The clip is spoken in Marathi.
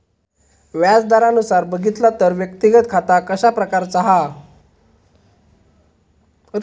व्याज दरानुसार बघितला तर व्यक्तिगत खाता कशा प्रकारचा हा?